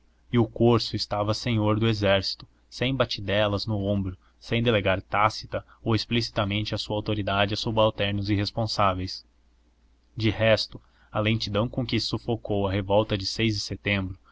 e o corso estava senhor do exército sem batidelas no ombro sem delegar tácita ou explicitamente a sua autoridade a subalternos irresponsáveis de resto a lentidão com que sufocou a revolta de de setembro